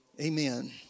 amen